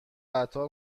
قطار